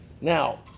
now